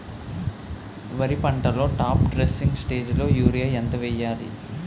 వరి పంటలో top dressing స్టేజిలో యూరియా ఎంత వెయ్యాలి?